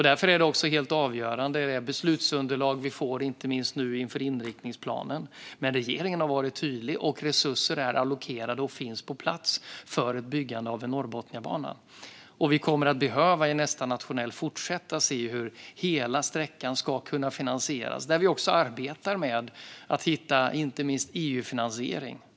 Därför är detta också helt avgörande i det beslutsunderlag vi får, inte minst nu inför inriktningsplanen. Men regeringen har varit tydlig, och resurser är allokerade och finns på plats för byggande av en Norrbotniabana. Vi kommer i nästa nationella plan att behöva fortsätta att se hur hela sträckan ska kunna finansieras. Vi arbetar inte minst med att hitta EU-finansiering.